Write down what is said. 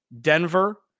Denver